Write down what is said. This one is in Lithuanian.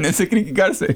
nesakykit garsiai